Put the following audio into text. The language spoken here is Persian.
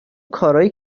کارایی